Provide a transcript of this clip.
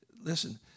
listen